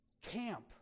camp